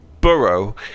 burrow